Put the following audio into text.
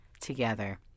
together